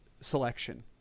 selection